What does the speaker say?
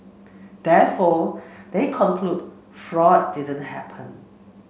therefore they conclude fraud didn't happen